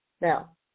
Now